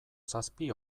zazpi